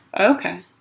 Okay